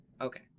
Okay